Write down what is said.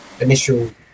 initial